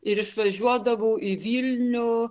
ir išvažiuodavau į vilnių